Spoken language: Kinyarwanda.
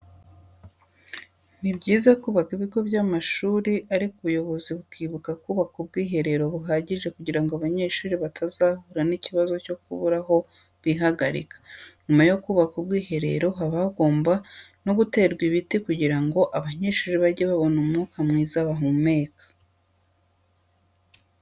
Ni byiza kubaka ibigo by'amashuri ariko ubuyobozi bukibuka kubaka ubwiherero buhagije kugira ngo abanyeshuri batazahura n'ikibazo cyo kubura aho bihagarika. Nyuma yo kubaka ubwiherero haba hagomba no guterwa ibiti kugira ngo abanyeshuri bajye babona umwuka mwiza bahumeka.